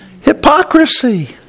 Hypocrisy